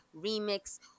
Remix